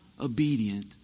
obedient